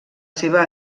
seva